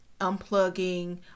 unplugging